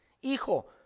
Hijo